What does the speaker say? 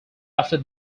after